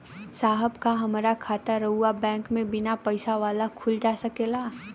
साहब का हमार खाता राऊर बैंक में बीना पैसा वाला खुल जा सकेला?